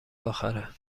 آخره